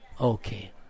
Okay